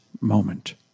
moment